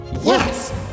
yes